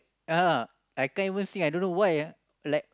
yeah I can't even sing I don't know why ah like